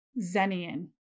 Zenian